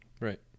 Right